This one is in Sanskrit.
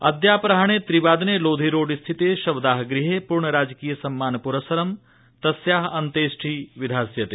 अद्यापराहणे त्रिवादने लोदी रोड स्थिते शवदाह गृहे पूर्णराजकीय सम्मानपुरस्सरं तस्याः अन्त्येष्टिः विधास्यते